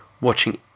watching